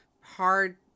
hard